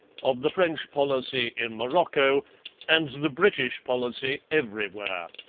of the french policy in morocco and the british policy everywhere.